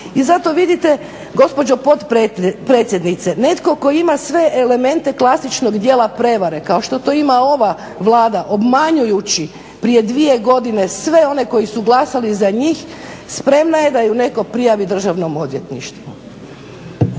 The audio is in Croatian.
i zato vidite gospođo potpredsjednice, netko tko ima sve elemente klasičnog dijela prevare kao što to ima ova Vlada obmanjujući prije dvije godine sve one koji su glasali za njih spremna je da ju netko prijavi Državnom odvjetništvu.